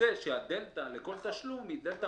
ייצא שהדלתא לכל תשלום היא דלתא